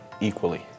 equally